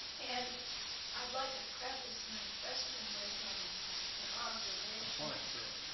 and i'd like to preface my question with um an observation. or